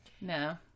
No